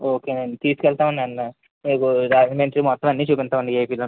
ఓకేనండి తీసుకెళ్తాం అండి అన్నీ మీకు రాజమండ్రి మొత్తం అన్నీ చూపిస్తాం అండి ఏపీలోని